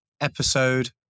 episode